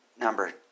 number